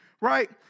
right